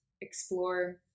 explore